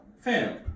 Fam